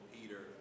Peter